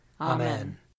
Amen